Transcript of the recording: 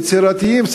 יצירתיים,